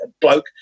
bloke